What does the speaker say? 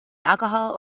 alcohol